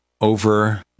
over